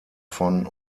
von